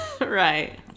Right